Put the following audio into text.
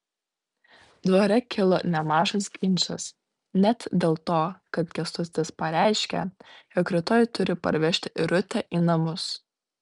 dvare kilo nemažas ginčas net dėl to kad kęstutis pareiškė jog rytoj turi parvežti irutę į namus